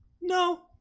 no